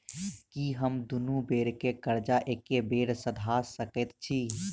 की हम दुनू बेर केँ कर्जा एके बेर सधा सकैत छी?